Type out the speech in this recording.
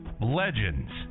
legends